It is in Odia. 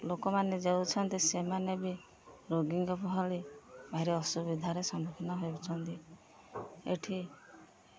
ଲୋକମାନେ ଯାଉଛନ୍ତି ସେମାନେ ବି ରୋଗୀଙ୍କ ଭଳି ଅସୁବିଧାରେ ସମ୍ମୁଖୀନ ହେଉଛନ୍ତି ଏଠି